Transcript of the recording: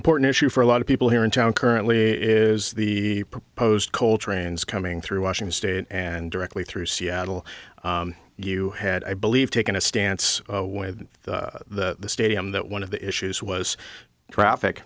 important issue for a lot of people here in town currently is the proposed coal trains coming through washington state and directly through seattle you had i believe taken a stance with the stadium that one of the issues was traffic